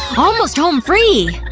almost home free!